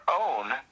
own